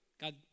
God